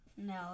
No